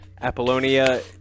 Apollonia